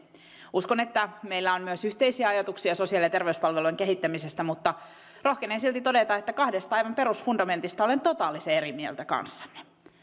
uskon että meillä on myös yhteisiä ajatuksia sosiaali ja terveyspalveluiden kehittämisestä mutta rohkenen silti todeta että kahdesta aivan perusfundamentista olen totaalisen eri mieltä kanssanne